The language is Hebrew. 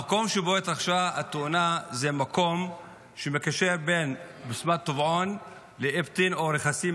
המקום שבו התרחשה התאונה זה מקום שמקשר בין בסמת טבעון לאבטין או רכסים,